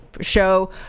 show